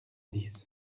dix